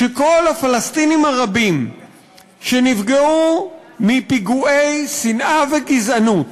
שכל הפלסטינים הרבים שנפגעו מפיגועי שנאה וגזענות,